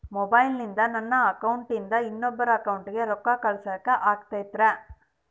ಮೊಬೈಲಿಂದ ನನ್ನ ಅಕೌಂಟಿಂದ ಇನ್ನೊಬ್ಬರ ಅಕೌಂಟಿಗೆ ರೊಕ್ಕ ಕಳಸಾಕ ಆಗ್ತೈತ್ರಿ?